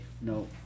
No